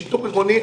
שיטור עירוני,